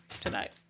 tonight